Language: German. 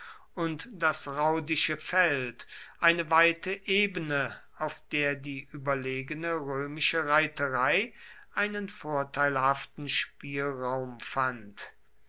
und das raudische feld eine weite ebene auf der die überlegene römische reiterei einen vorteilhaften spielraum fand